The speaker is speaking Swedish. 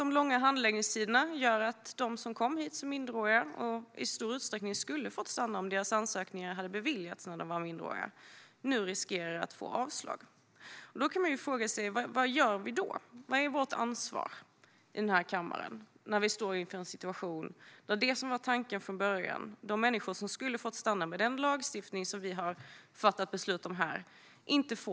De långa handläggningstiderna gör också att de som kom hit som minderåriga och i stor utsträckning skulle ha fått stanna om deras ansökningar hade beviljats när de var minderåriga nu riskerar att få avslag. Man kan fråga sig vad vi då ska göra och vad vårt ansvar här i kammaren är när vi står inför en situation att de människor som skulle fått stanna med den lagstiftning som vi har fattat beslut om inte får det trots att det var tanken från början.